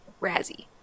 Razzie